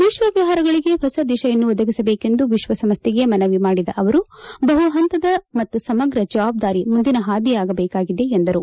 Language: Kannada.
ವಿಶ್ವ ವ್ಯವಾರಗಳಿಗೆ ಹೊಸ ದಿಶೆಯನ್ನು ಒದಗಿಸಬೇಕೆಂದು ವಿಶ್ವ ಸಂಸ್ಥೆಗೆ ಮನವಿ ಮಾಡಿದ ಅವರು ಬಹುಪಂತದ ಮತ್ತು ಸಮಗ್ರ ಜವಾಬ್ದಾರಿ ಮುಂದಿನ ಪಾದಿಯಾಗಬೇಕಾಗಿದೆ ಎಂದರು